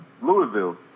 Louisville